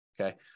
okay